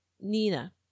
Nina